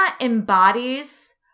embodies